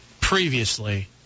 Previously